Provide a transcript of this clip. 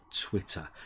Twitter